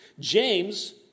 James